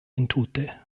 entute